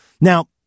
Now